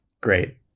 Great